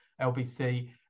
LBC